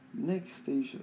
next station